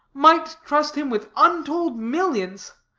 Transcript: might trust him with untold millions.